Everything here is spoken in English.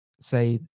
say